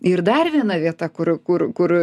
ir dar viena vieta kur kur kur